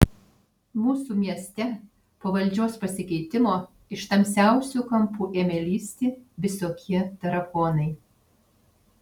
mūsų mieste po valdžios pasikeitimo iš tamsiausių kampų ėmė lįsti visokie tarakonai